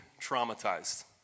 traumatized